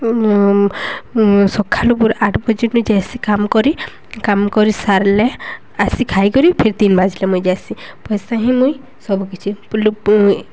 ସଖାଲୁ ପୁରା ଆଠ୍ ବଜେନୁ ମୁଇଁ ଯାଏସି କାମ୍ କରି କାମ୍ କରି ସାର୍ଲେ ଆଏସି ଖାଇକରି ଫେର୍ ତିନ୍ ବାଜ୍ଲେ ମୁଇଁ ଯାଏସି ପଏସା ହିଁ ମୁଇଁ ସବୁ କିଛି